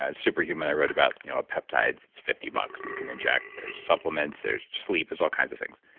and super human i read about you know a peptide, it's fifty bucks. you can inject, there's supplements there's sleep, there's all kinds of things.